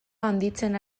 handitzen